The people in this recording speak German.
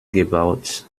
gebaut